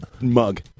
mug